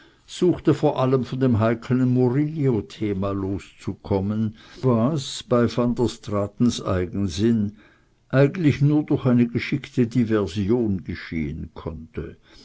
suchte vor allem von dem heiklen murillothema loszukommen was bei van der straatens eigensinn allerdings nur durch eine geschickte diversion geschehen konnte